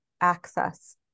access